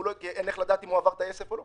כי אין לי דרך לדעת אם הוא עבר את היסף או לא.